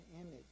image